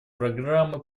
программы